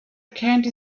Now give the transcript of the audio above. candy